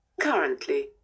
Currently